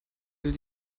will